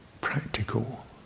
practical